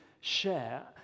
share